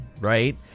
right